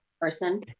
person